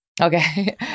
Okay